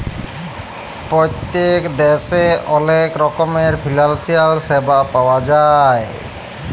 পত্তেক দ্যাশে অলেক রকমের ফিলালসিয়াল স্যাবা পাউয়া যায়